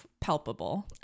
Palpable